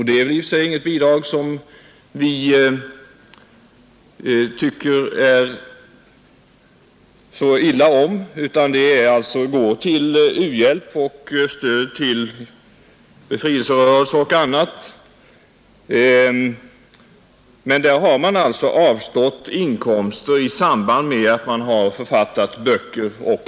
Det är i och för sig inget bidrag som vi tycker illa om, det går till u-hjälp och stöd till befrielserörelser och annat. Men man har alltså avstått inkomster i samband med att man författat böcker.